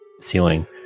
ceiling